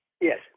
Yes